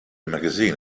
magazine